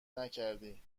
نکردی